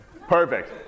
Perfect